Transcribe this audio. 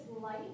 light